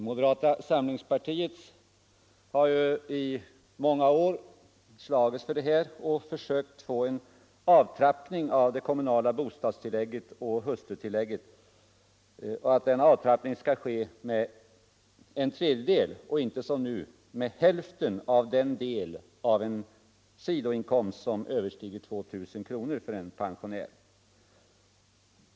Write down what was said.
Moderata samlingspartiet har i många år slagits för detta och försökt få en avtrappning av det kommunala bostadstillägget och hustrutillägget. Vi vill att denna avtrappning skall ske med en tredjedel och inte som nu med hälften av den del av sidoinkomsten som överstiger 2000 kronor.